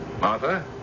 Martha